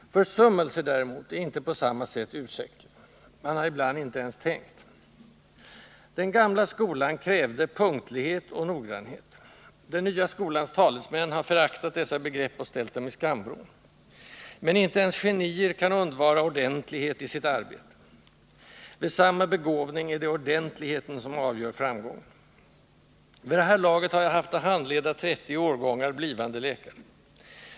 Försummelser, däremot, är inte på samma sätt ursäktliga. Man har ibland inte ens tänkt. Den gamla skolan krävde punktlighet och noggrannhet. Den nya skolans talesmän har föraktat dessa begrepp och ställt dem i skamvrån. Men inte ens genier kan undvara ordentlighet i sitt arbete. Vid samma begåvning är det ordentligheten som avgör framgången. Vid det här laget har jag haft att handleda 30 årgångar blivande läkare.